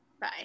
Bye